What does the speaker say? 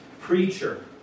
preacher